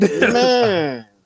man